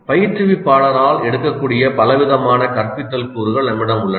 பயிற்றுவிப்பாளரால் எடுக்கக்கூடிய பலவிதமான கற்பித்தல் கூறுகள் நம்மிடம் உள்ளன